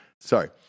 Sorry